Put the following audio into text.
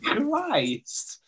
Christ